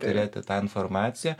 turėti tą informaciją